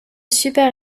super